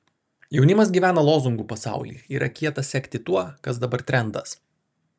jaunimas gyvena lozungų pasauly yra kieta sekti tuo kas dabar trendas